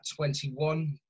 21